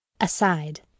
Aside